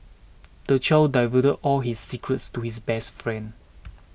the child divert all his secrets to his best friend